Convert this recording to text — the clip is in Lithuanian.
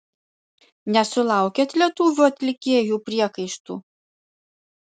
nesulaukėt lietuvių atlikėjų priekaištų